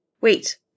Wait